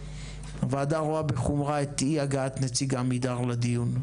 הוועדה רואה בחומרה את אי הגעת נציג עמידר לדיון.